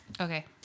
Okay